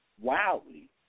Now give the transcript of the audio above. wildly